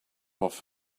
off